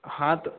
हाँ तो